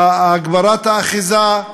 הגברת האחיזה,